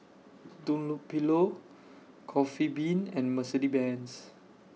Dunlopillo Coffee Bean and Mercedes Benz